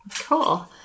Cool